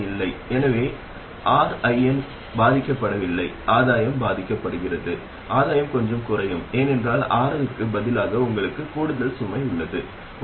அதேசமயம் இந்த விஷயத்தில் இது நிச்சயமாக வெளியீட்டு மின்னழுத்தத்தை மாற்றுகிறது இந்த io நிலையானது அது நீங்கள் இணைக்கும் சுமையைப் பொறுத்தது அல்ல